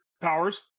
powers